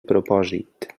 propòsit